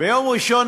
ביום ראשון